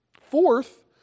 Fourth